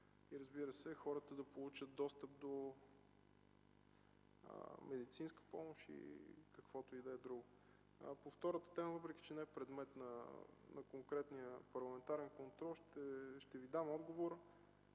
и, разбира се, хората да получат достъп до медицинска помощ и каквото и да е друго. По втората тема, въпреки че не е предмет на конкретния парламентарен контрол, ще Ви дам отговор